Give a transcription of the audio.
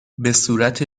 بهصورت